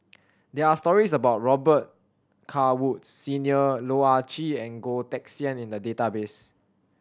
there are stories about Robet Carr Woods Senior Loh Ah Chee and Goh Teck Sian in the database